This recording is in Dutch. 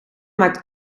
maakt